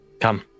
Come